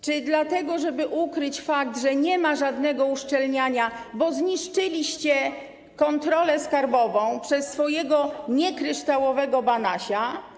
Czy dlatego, żeby ukryć fakt, że nie ma żadnego uszczelniania, bo zniszczyliście kontrolę skarbową przez swojego niekryształowego Banasia?